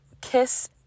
kiss